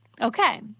Okay